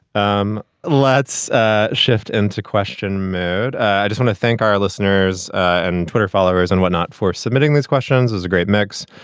um let's ah shift into question. i just want to thank our listeners and twitter followers and whatnot for submitting these questions as a great mix.